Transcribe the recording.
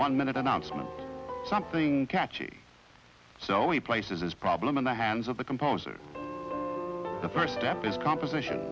one minute announcement something catchy so he places his problem in the hands of the composer the first step is composition